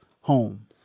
home